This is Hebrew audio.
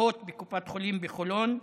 אחות בקופת חולים בחולון,